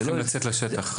צריך לצאת לשטח.